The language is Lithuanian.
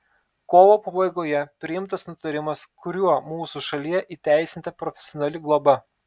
kovo pabaigoje priimtas nutarimas kuriuo mūsų šalyje įteisinta profesionali globa